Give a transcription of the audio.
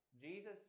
Jesus